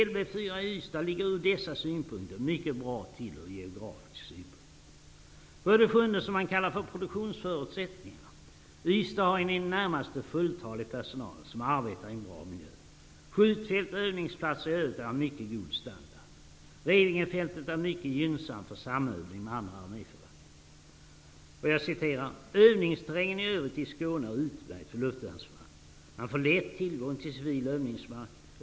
Lv 4 i Ystad ligger ur dessa synpunkter mycket bra till ur geografisk synpunkt. För det sjunde: Det som man kallar produktionsförutsättningar. Ystad har en i det närmaste fulltalig personal som arbetar i en bra miljö. Skjutfält och övningsplatser i övrigt är av mycket god standard. Revingefältet är mycket gynnsamt för samövning med andra arméförband. ''Övningsterrängen i övrigt i Skåne är utmärkt för luftvärnsförband. Man får lätt tillgång till civil övningsmark.